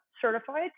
certified